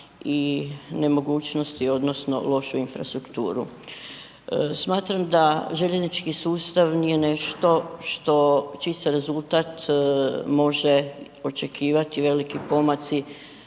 i nemogućnosti odnosno lošu infrastrukturu. Smatram da željeznički sustav nije nešto što, čiji se rezultat može očekivati, veliki pomaci,